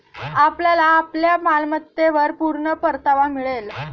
आपल्याला आपल्या मालमत्तेवर पूर्ण परतावा मिळेल